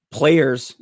players